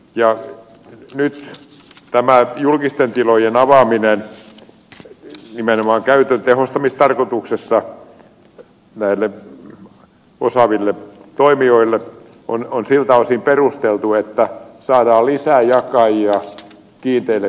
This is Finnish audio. ja nyt tämä julkisten tilojen avaaminen nimenomaan käytön tehostamistarkoituksessa näille osaaville toimijoille on siltä osin perusteltu että saadaan lisää jakajia kiinteille kustannuksille